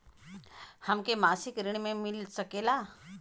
हमके मासिक ऋण मिल सकेला?